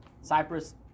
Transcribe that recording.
Cyprus